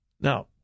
Now